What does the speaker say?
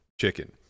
chicken